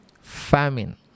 famine